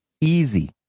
Easy